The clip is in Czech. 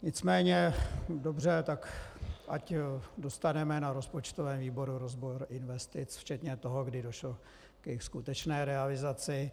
Nicméně dobře, ať dostaneme na rozpočtovém výboru rozbor investic včetně toho, kdy došlo k jejich skutečné realizaci.